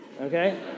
okay